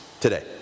today